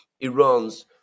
Iran's